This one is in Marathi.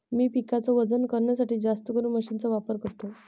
मी पिकाच वजन करण्यासाठी जास्तकरून मशीन चा वापर करतो